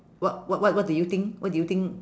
what what what what do you think what do you think